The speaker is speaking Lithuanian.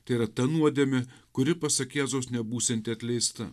tai yra ta nuodėmė kuri pasak jėzaus nebūsianti atleista